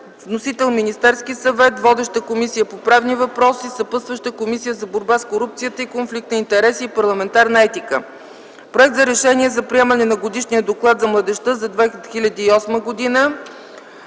Вносител е Министерският съвет. Водеща е Комисията по правни въпроси. Съпътстваща е Комисията за борба с корупцията и конфликт на интереси и парламентарна етика. Постъпил е Проект за решение за приемане на Годишния доклад за младежта за 2008 г.